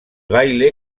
baile